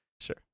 sure